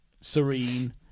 serene